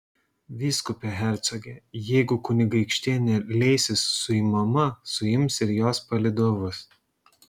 vyskupe hercoge jeigu kunigaikštienė leisis suimama suims ir jos palydovus